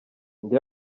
ndi